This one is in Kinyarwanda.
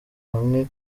hamwe